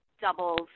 doubles